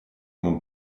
ему